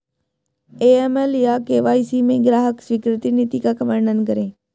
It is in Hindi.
ए.एम.एल या के.वाई.सी में ग्राहक स्वीकृति नीति का वर्णन करें?